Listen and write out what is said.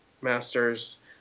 masters